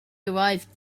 arrived